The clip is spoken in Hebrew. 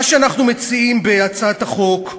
מה שאנחנו מציעים בהצעת החוק,